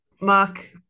Mark